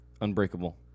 Unbreakable